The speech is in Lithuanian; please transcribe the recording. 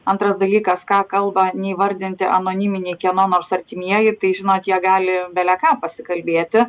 antras dalykas ką kalba neįvardinti anoniminiai kieno nors artimieji tai žinot jie gali beleką pasikalbėti